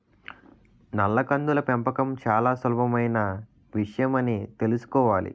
నల్ల కందుల పెంపకం చాలా సులభమైన విషయమని తెలుసుకోవాలి